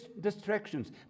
distractions